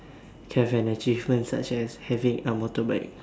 have an achievement such as having a motorbike